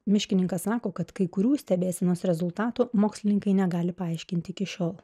miškininkas sako kad kai kurių stebėsenos rezultatų mokslininkai negali paaiškinti iki šiol